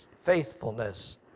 faithfulness